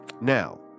Now